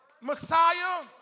Messiah